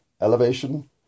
elevation